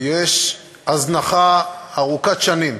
יש הזנחה ארוכת שנים,